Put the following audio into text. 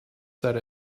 said